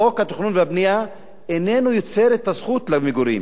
חוק התכנון והבנייה איננו יוצר את הזכות למגורים,